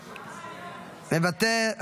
מוותר,